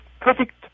perfect